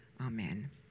Amen